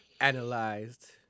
analyzed